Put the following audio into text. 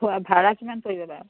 খোৱা ভাড়া কিমান পৰিব বাৰু